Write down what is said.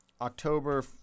October –